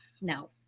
no